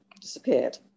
disappeared